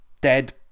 dead